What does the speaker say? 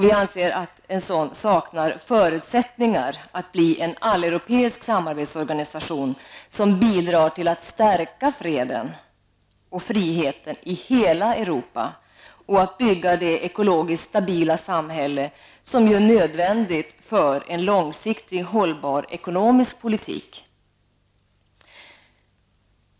Vi anser att det saknas förutsättningar för att det skall kunna bli en alleuropeisk samarbetsorganisation som bidrar till att stärka freden och friheten i hela Europa och att bygga det ekologiskt stabila samhälle som ju är nödvändigt för en långsiktig, hållbar ekonomisk politik.